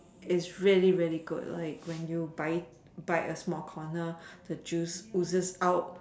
is really really good when you bite bite a small corner the juice ooze out